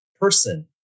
person